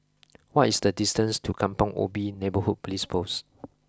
what is the distance to Kampong Ubi Neighbourhood Police Post